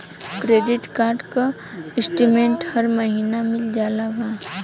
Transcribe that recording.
Credit card क statement हर महिना मिल जाला का?